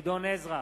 מוחמד ברכה,